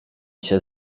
się